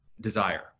desire